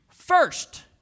First